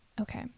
Okay